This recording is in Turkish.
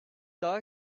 daha